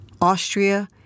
Austria